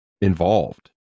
involved